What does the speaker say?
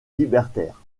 libertaire